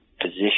position